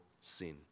sin